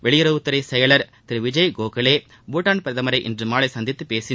வெளியுறவுத்துறை செயலர் திரு விஜய் கோகலே பூட்டான் பிரதமரை இன்று மாலை சந்தித்து பேசினார்